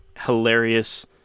hilarious